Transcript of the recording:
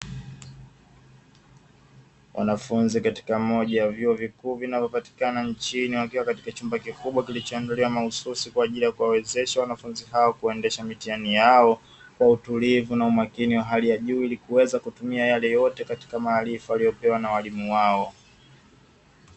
Wanafunzi katika moja ya vyuo vikuu vinavyopatikana nchini wakiwa katika chumba kikubwa kilichoandaliwa mahususi kwa ajili ya kuwawezesha wanafunzi hao kuendesha mitihani yao kwa utulivu na umakini wa hali ya juu ili kuweza kutumia yale yote katika maarifa waliopewa na walimu wao.